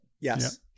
Yes